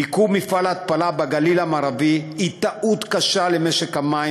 מיקום מפעל ההתפלה בגליל המערבי הוא טעות קשה למשק המים.